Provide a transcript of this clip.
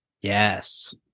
Yes